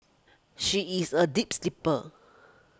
she is a deep sleeper